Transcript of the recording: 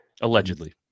Allegedly